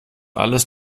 alles